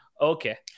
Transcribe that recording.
Okay